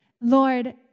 Lord